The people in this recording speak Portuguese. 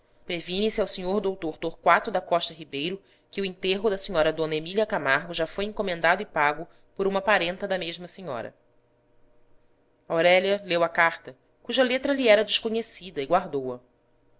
previne se ao sr dr torquato da costa ribeiro que o enterro da sra d emília camargo já foi encomendado e pago por uma parenta da mesma senhora aurélia leu a carta cuja letra lhe era desconhecida e guardou-a